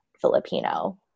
Filipino